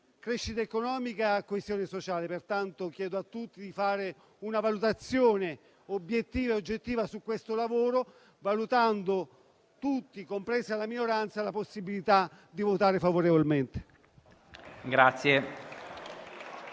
crescita economica e coesione sociale. Chiedo a tutti di fare una valutazione obiettiva e oggettiva su questo lavoro, valutando tutti, compresa la minoranza, la possibilità di votare favorevolmente.